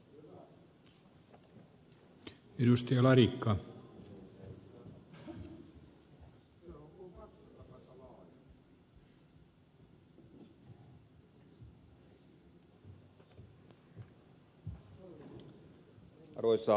arvoisa puhemies